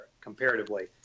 comparatively